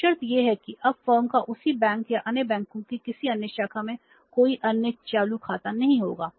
और शर्त यह है कि अब फर्म का उसी बैंक या अन्य बैंकों की किसी अन्य शाखा में कोई अन्य चालू खाता नहीं होगा